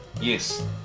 yes